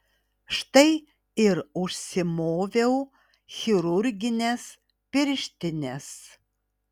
štai ir užsimoviau chirurgines pirštines